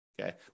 Okay